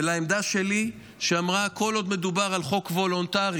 ומהעמדה שלי שאמרה שכל עוד מדובר בחוק וולונטרי